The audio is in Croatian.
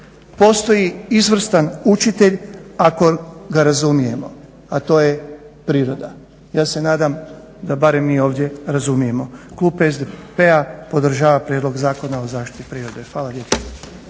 Postoji izvrstan učitelj ako ga razumijemo, a to je priroda. Ja se nadam da barem mi ovdje razumijemo. Klub SDP-a podržava Prijedlog zakona o zaštiti prirode. Hvala lijepa.